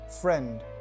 friend